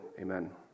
Amen